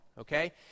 okay